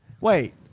Wait